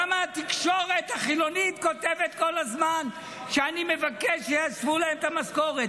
למה התקשורת החילונית כותבת כל הזמן שאני מבקש שישוו להן את המשכורת?